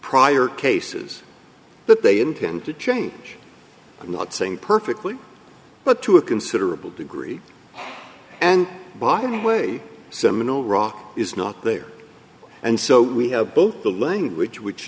prior cases that they intend to change i'm not saying perfectly but to a considerable degree and by any way seminole rock is not there and so we have both the language which